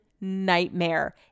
nightmare